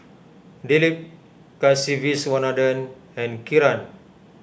Dilip Kasiviswanathan and Kiran